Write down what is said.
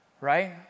Right